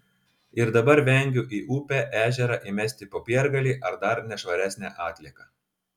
ir dabar vengiu į upę ežerą įmesti popiergalį ar dar nešvaresnę atlieką